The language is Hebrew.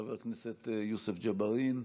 חבר הכנסת יוסף ג'בארין.